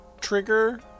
trigger